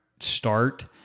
start